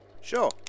Sure